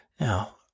Now